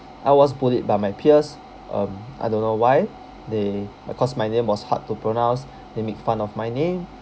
I was bullied by my peers um I don't know why they because my name was hard to pronounce they make fun of my name